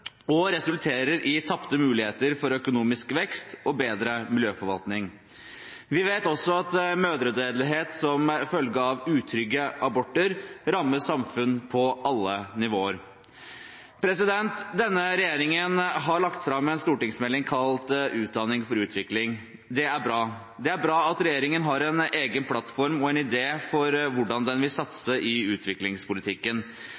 og resulterer i tapte muligheter for økonomisk vekst og bedre miljøforvaltning. Vi vet også at mødredødelighet som følge av utrygge aborter rammer samfunn på alle nivåer. Denne regjeringen har lagt fram en stortingsmelding kalt «Utdanning for utvikling». Det er bra. Det er bra at regjeringen har en egen plattform og en idé for hvordan den vil satse i utviklingspolitikken.